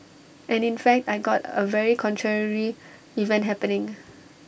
and in fact I got A very contrary event happening